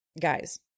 Guys